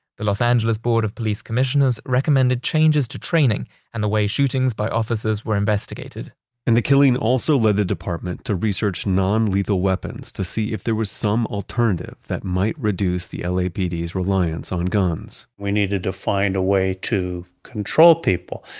the los angeles board of police commissioners recommended changes to training and the way shootings by officers were investigated and killing also led the department to research non-lethal weapons to see if there was some alternative that might reduce the lapd's reliance on guns we needed to find a way to control people.